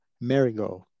marigold